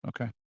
Okay